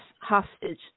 hostage